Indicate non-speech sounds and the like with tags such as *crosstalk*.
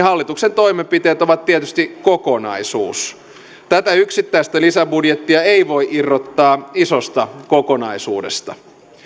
*unintelligible* hallituksen toimenpiteet ovat tietysti kokonaisuus tätä yksittäistä lisäbudjettia ei voi irrottaa isosta kokonaisuudesta